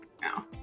No